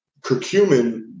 curcumin